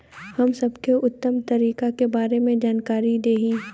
हम सबके उत्तम तरीका के बारे में जानकारी देही?